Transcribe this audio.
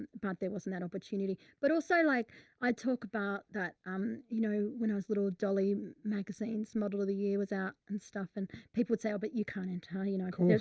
but there wasn't that opportunity. but also, like i talk about that. um, you know, when i was little dolly magazines model of the year was out and stuff and people would say, oh, but you can't enter. you know